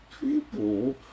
people